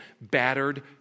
battered